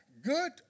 good